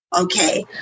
Okay